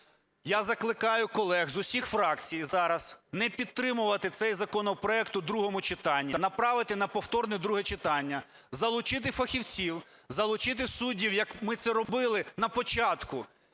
Я закликаю колег з усіх фракцій зараз не підтримувати цей законопроект у другому читанні, направити на повторне друге читання, залучити фахівців, залучити суддів, як ми це робили на початку,